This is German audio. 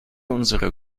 unserer